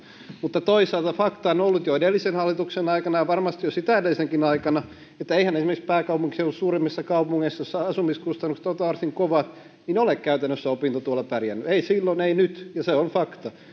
mutta toisaalta fakta on ollut jo edellisen hallituksen aikana ja varmasti jo sitä edellisenkin aikana että eihän esimerkiksi pääkaupunkiseudun suurimmissa kaupungeissa joissa asumiskustannukset ovat varsin kovat ole käytännössä opintotuella pärjännyt ei silloin ei nyt ja se on fakta